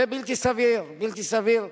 זה בלתי סביר, בלתי סביר.